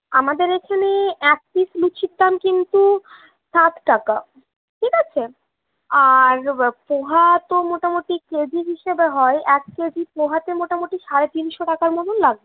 আমাদের এইখানে এক পিস লুচির দাম কিন্তু সাত টাকা ঠিক আছে আর পোহা তো মোটামুটি কেজি হিসেবে হয় এক কেজি পোহাতে মোটামুটি সাড়ে তিনশো টাকার মত লাগবে